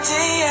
Day